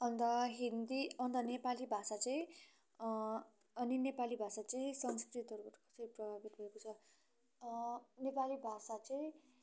अन्त हिन्दी अन्त नेपाली भाषा चाहिँ अनि नेपाली भाषा चाहिँ संस्कृतहरूबट चाहिँ प्रभावित भएको छ नेपाली भाषा चाहिँ